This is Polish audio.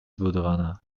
zbudowana